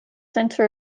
since